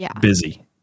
busy